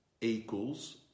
equals